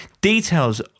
Details